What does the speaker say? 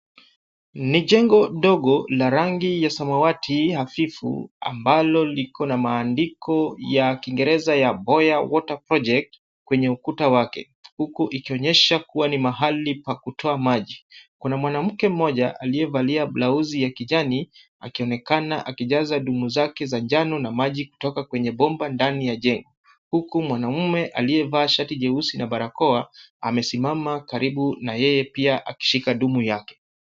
Ni jengo dogo la rangi ya samawati hafifu ambalo liko na maandiko ya Kiingereza ya Hoya water project kwenye ukuta wake. Huku ikionyesha kuwa ni mahali pa kutoa maji. Kuna mwanamke mmoja aliyevalia blauzi ya kijani akionekana akijaza dumu zake za njano na maji kutoka kwenye bomba ndani ya jengo. Huku mwanaume aliyevaa shati jeusi na barakoa amesimama karibu na yeye pia akishika dumu yake.